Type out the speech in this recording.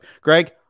Greg